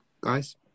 guys